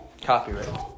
Copyright